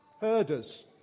herders